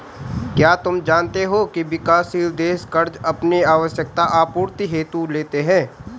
क्या तुम जानते हो की विकासशील देश कर्ज़ अपनी आवश्यकता आपूर्ति हेतु लेते हैं?